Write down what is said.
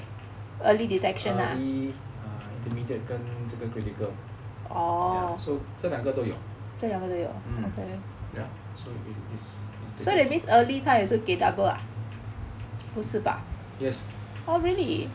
early intermediate 跟这个 critical so 这两个都有 yes